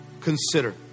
consider